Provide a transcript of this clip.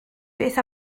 beth